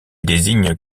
désigne